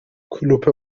کلوپ